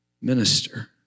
minister